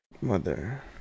Mother